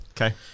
Okay